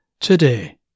today